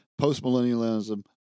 postmillennialism